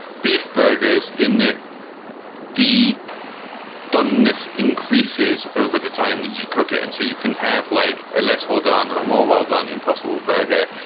beef burgers in the dungeness increases over the time that you cook it, and so you can have like a less well done or more well done, impossible burger.